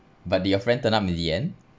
but did your friend turn out in the end